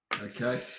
Okay